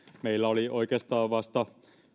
meillä oli oikeastaan vasta